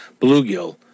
bluegill